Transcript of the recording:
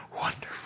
wonderful